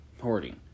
hoarding